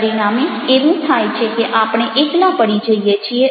પરિણામે એવું થાય છે કે આપણે એકલા પડી જઈએ છીએ